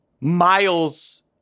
Miles